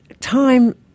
time